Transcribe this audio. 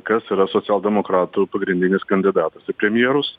kas yra socialdemokratų pagrindinis kandidatas į premjerus